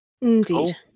Indeed